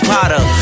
Potter